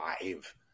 five